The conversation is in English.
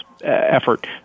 effort